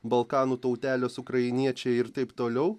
balkanų tautelės ukrainiečiai ir taip toliau